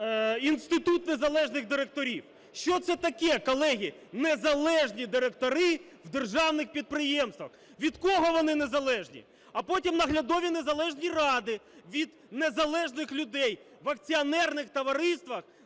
інститут незалежних директорів? Що це таке, колеги, незалежні директори у державних підприємствах, від кого вони незалежні? А потім наглядові незалежні ради від незалежних людей в акціонерних товариствах